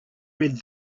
read